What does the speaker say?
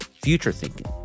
future-thinking